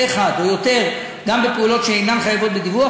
אחד או יותר גם בפעולות שאינן חייבות בדיווח,